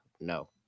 no